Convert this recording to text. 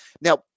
Now